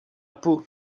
peau